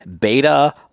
beta